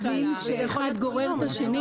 צריך להבין שאחד גורר את השני.